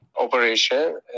operation